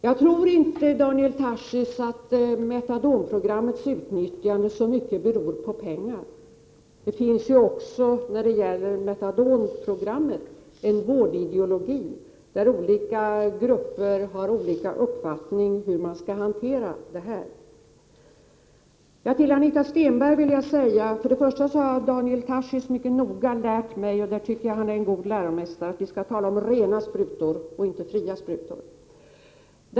Jag tror inte, Daniel Tarschys, att metadonprogrammets utnyttjande beror på pengar. Också när det gäller metadonprogrammet har skilda grupper olika uppfattningar om vårdideologin och hur det hela skall hanteras. Anita Stenberg! Först och främst har Daniel Tarschys mycket noga lärt mig, och där är han en god läromästare, att vi skall tala om rena sprutor och inte fria sprutor.